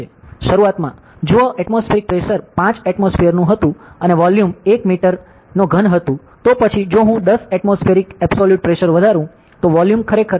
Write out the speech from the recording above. શરૂઆતમાં જો atmospheric pressure 5 એટમોસ્ફિઅરનું હતું અને વોલ્યુમ 1 મીટર3 હતું તો પછી જો હું 10 એટમોસ્ફિએરિક એબ્સોલૂટ પ્રેશર વધારું તો વોલ્યુમ ખરેખર 0